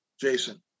Jason